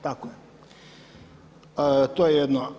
Tako je, to je jedno.